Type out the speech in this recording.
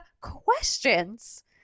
questions